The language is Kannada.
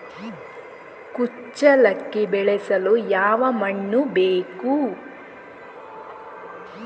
ಕುಚ್ಚಲಕ್ಕಿ ಬೆಳೆಸಲು ಯಾವ ಮಣ್ಣು ಬೇಕು?